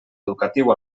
educatiu